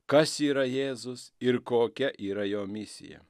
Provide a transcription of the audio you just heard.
kas yra jėzus ir kokia yra jo misija